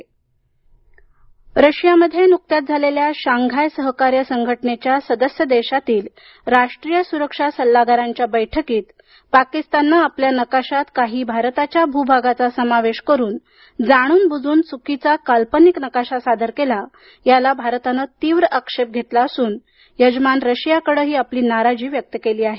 सुरक्षा बैठक रशियामध्ये नुकत्याच झालेल्या शांघाय सहकार्य संघटनेच्या सदस्य देशातील राष्ट्रीय सुरक्षा सल्लागारांच्या बैठकीत पाकिस्तानने आपल्या नाकाशांत काही भारताच्या भूभागाचा समावेश करून जाणून बुजून चुकीचा काल्पनिक नकाशा सादर केला याला भारताने तीव्र आक्षेप घेतला असून यजमान रशियाकडेही आपली नाराजी व्यक्त केली आहे